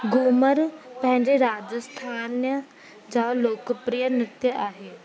घूमर पंहिंजे राजस्थान जा लोकप्रिय नृत्य आहे